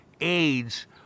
AIDS